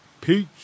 peace